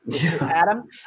Adam